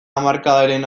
hamarkadaren